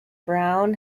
brown